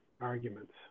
arguments